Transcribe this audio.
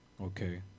okay